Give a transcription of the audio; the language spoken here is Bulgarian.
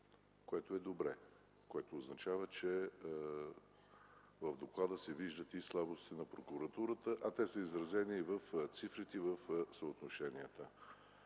което е добре, което означава, че в доклада се виждат и слабости на прокуратурата, а те са изразени в цифрите и в съотношенията.